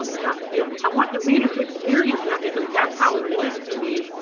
um yeah you know i want the reader to experience that, because that's how it was to me,